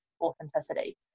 authenticity